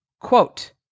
quote